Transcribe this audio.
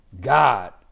God